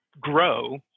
grow